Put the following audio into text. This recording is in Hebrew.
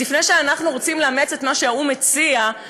אז לפני שאנחנו רוצים לאמץ את מה שהאו"ם הציע,